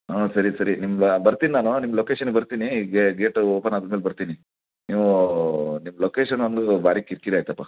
ಹ್ಞೂ ಸರಿ ಸರಿ ನಿಮ್ಮ ಬರ್ತೀನಿ ನಾನು ನಿಮ್ಮ ಲೊಕೇಷನ್ನಿಗೆ ಬರ್ತೀನಿ ಗೇಟ್ ಓಪನ್ ಆದ ಮೇಲೆ ಬರ್ತೀನಿ ನೀವು ನಿಮ್ಮ ಲೊಕೇಷನ್ ಒಂದು ಭಾರಿ ಕಿರಿಕಿರಿ ಆಯಿತಪ್ಪ